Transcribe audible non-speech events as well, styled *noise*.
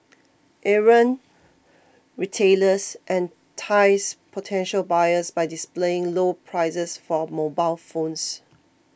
errant retailers *unintelligible*